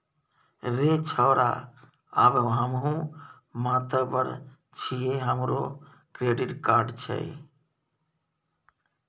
रे छौड़ा आब हमहुँ मातबर छियै हमरो क्रेडिट कार्ड छै